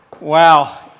Wow